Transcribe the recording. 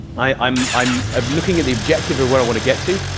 i'm i'm um looking at the objective of where i want to get to,